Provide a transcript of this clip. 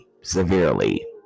severely